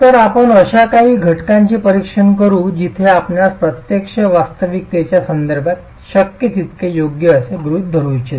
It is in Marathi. तर आपण अशा काही घटनांचे परीक्षण करू या जिथे आपणास प्रत्यक्ष वास्तविकतेच्या संदर्भात शक्य तितके योग्य असे गृहित धरू इच्छिता